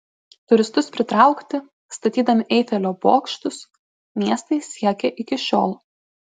turistus pritraukti statydami eifelio bokštus miestai siekia iki šiol